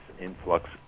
influx